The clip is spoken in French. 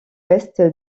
ouest